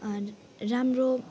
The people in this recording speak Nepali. अनि राम्रो